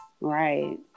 Right